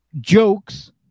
jokes